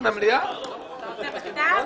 יהודה,